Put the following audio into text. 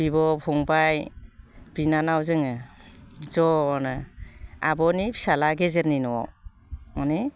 बिब' फंबाय बिनानाव जोङो ज'नो आब'नि फिसाज्ला गेजेरनि न'आव माने